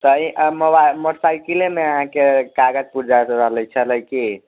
तऽ ई मोबाइल मोटरसाइकिलेए मे अहाँके कागज पुरजा सब रहले छलए कि